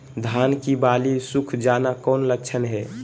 धान की बाली सुख जाना कौन लक्षण हैं?